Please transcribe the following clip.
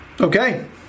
Okay